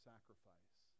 sacrifice